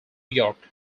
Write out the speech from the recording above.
york